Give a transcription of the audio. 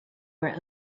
were